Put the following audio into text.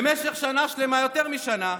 במשך שנה שלמה, יותר משנה,